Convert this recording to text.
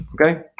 Okay